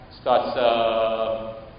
starts